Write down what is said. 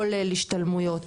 כולל השתלמויות,